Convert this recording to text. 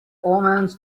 omens